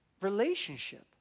relationship